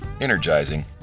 energizing